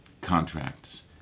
contracts